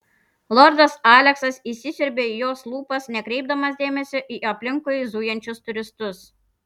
lordas aleksas įsisiurbė į jos lūpas nekreipdamas dėmesio į aplinkui zujančius turistus